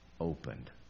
opened